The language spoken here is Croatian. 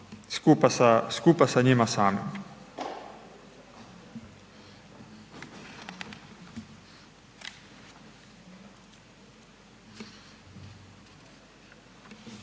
skupa sa njima samima.